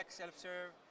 self-serve